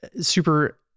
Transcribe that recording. super